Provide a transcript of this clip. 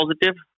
positive